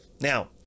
Now